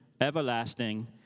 everlasting